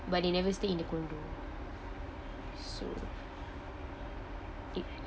but they never stay in the condo so it